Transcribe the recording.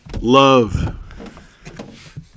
Love